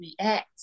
react